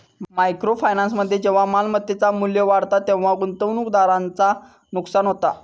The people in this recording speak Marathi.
मायक्रो फायनान्समध्ये जेव्हा मालमत्तेचा मू्ल्य वाढता तेव्हा गुंतवणूकदाराचा नुकसान होता